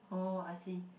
oh I see